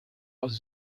aus